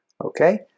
okay